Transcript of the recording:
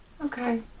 Okay